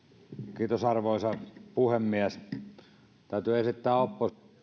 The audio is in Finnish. arvoisa puhemies täytyy esittää oppositiosta kiitos siitä että on